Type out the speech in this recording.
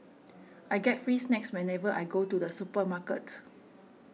I get free snacks whenever I go to the supermarket